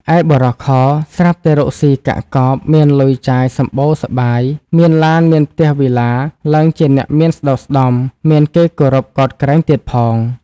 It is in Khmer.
ឯបុរស ខ ស្រាប់តែរកស៊ីកាក់កប មានលុយចាយសម្បូរសប្បាយ មានឡាន មានផ្ទះវិឡា ឡើងជាអ្នកមានស្តុកស្តម្ភ មានគេគោរពកោតក្រែងទៀតផង ។